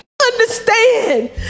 understand